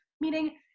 meaning